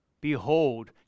Behold